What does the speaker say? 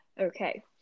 Okay